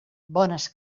bones